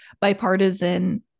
bipartisan